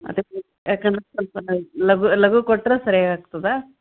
ಅದೇ ಯಾಕಂದ್ರೆ ಸ್ವಲ್ಪ ಲಗು ಲಗು ಕೊಟ್ಟರೆ ಸರ್ಯಾಗಿ ಆಗ್ತದೆ